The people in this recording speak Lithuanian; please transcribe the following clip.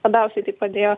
labiausiai tai padėjo